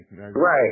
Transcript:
Right